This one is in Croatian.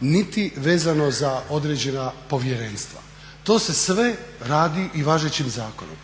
niti vezano za određena povjerenstva. To se sve radi i važećim zakonom.